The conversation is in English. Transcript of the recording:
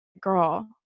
girl